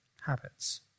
habits